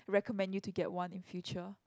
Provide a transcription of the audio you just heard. recommend you to get one in future